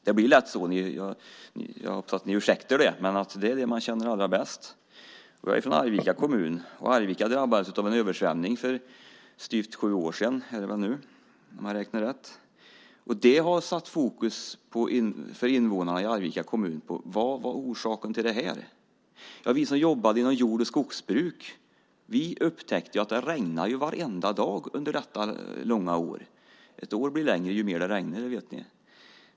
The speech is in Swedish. Det blir lätt så, och jag hoppas att ni ursäktar det. Det är hembygden man känner allra bäst. Jag är från Arvika kommun, och Arvika drabbades av en översvämning för styvt sju år sedan. För invånarna i Arvika kommun satte detta fokus på orsaken. Vi som jobbade inom jord och skogsbruk upptäckte att det regnade varenda dag under detta långa år. Ett år blir som ni vet längre ju mer det regnar.